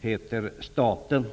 heter, staten.